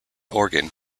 organ